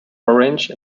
orange